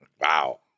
Wow